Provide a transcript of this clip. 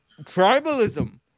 tribalism